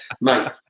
Mate